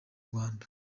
rwanda